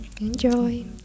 Enjoy